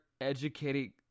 educating